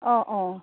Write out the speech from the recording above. অঁ অঁ